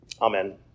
Amen